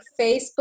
Facebook